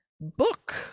book